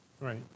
Right